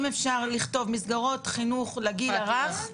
אם אפשר לכתוב מסגרות חינוך לגיל הרך.